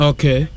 Okay